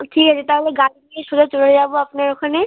ঠিক আছে তাহলে গাড়ি নিয়ে সোজা চলে যাবো আপনার ওখানে